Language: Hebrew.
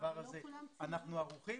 בדבר הזה אנחנו ערוכים.